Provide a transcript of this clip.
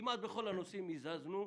כמעט בכל הנושאים הזזנו,